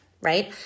right